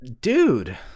dude